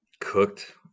cooked